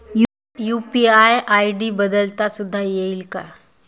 UPI ID बदलता सुद्धा येईल का?